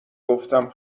گفتم